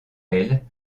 elle